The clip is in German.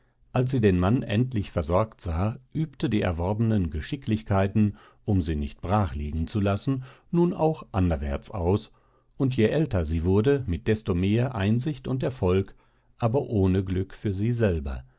als sie den mann endlich versorgt sah übte die erworbenen geschicklichkeiten um sie nicht brach liegen zu lassen nun auch anderwärts aus und je älter sie wurde mit desto mehr einsicht und erfolg aber ohne glück für sie selber